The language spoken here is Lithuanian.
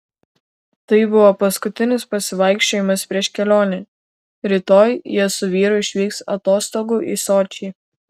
tai buvo paskutinis pasivaikščiojimas prieš kelionę rytoj jie su vyru išvyks atostogų į sočį